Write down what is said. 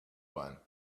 one